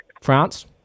France